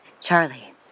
Charlie